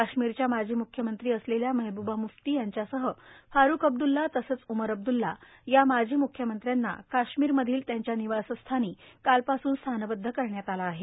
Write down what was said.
काश्मीरच्या माजी म्ख्यमंत्री असलेल्या महब्बा म्फ्ती यांच्यासह फारुख अब्द्ल्ला तसंच उमर अब्द्ल्ला या माजी म्ख्यमंत्र्यांना काश्मीरमधल्या त्यांच्या निवासस्थानी कालपासून स्थानबदध करण्यात आलं आहे